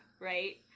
right